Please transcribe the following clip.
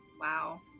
Wow